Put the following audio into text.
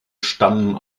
stammen